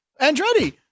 Andretti